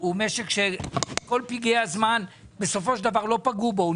הוא משק שכל פגעי הזמן בסופו של דבר לא פגעו בו.